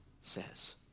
says